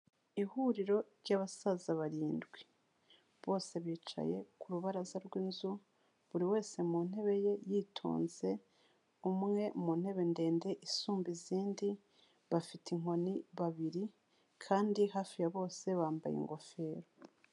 Ihuriro ry'abasaza barindwi bose bicaye ku rubaraza rw'inzu buri wese mu ntebe ye yitonze, umwe mu ntebe ndende isumba izindi, bafite inkoni babiri kandi hafi ya bose bambaye ingofero.